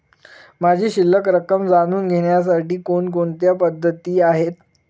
माझी शिल्लक रक्कम जाणून घेण्यासाठी कोणकोणत्या पद्धती आहेत?